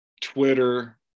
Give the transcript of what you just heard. Twitter